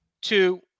two